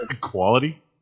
Quality